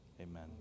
Amen